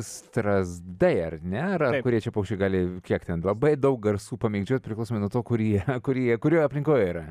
strazdai ar ne ar kurie čia paukščiai gali kiek ten labai daug garsų pamėgdžioti priklausomai nuo to kur jir kur jie kurioj aplinkoj yra